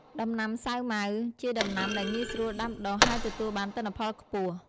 ដំណាំសាវម៉ាវជាដំណាំដែលងាយស្រួលដាំដុះ ហើយទទួលបានទិន្នផលខ្ពស់។